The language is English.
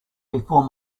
before